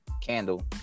candle